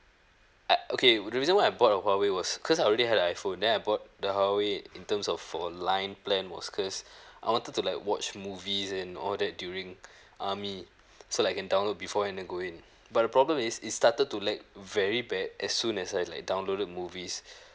I okay the reason why I bought a huawei was cause I already had a iphone then I bought the huawei in terms of for a line plan was cause I wanted to like watch movies and all that during army so like can download before and then go in but the problem is it started to lag very bad as soon as I like downloaded movies